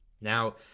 Now